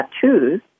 tattoos